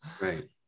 right